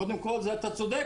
קודם כל, זה אתה צודק.